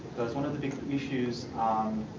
because one of the issues